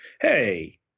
Hey